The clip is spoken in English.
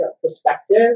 perspective